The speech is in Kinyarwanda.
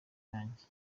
yanjye